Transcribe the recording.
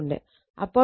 അപ്പോൾ ഇത് 6